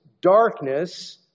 darkness